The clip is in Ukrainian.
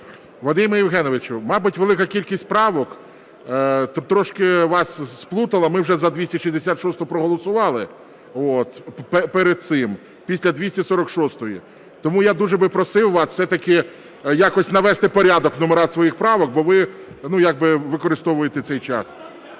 Вадиме Євгеновичу, мабуть, велика кількість правок трошки вас сплутала, ми вже за 266-у проголосували перед цим, після 246-ї. Тому я дуже би просив вас все-таки якось навести порядок в номерах своїх правок, бо ви якби використовуєте цей час.